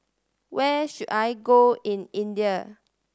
where should I go in India